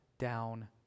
down